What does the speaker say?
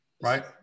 right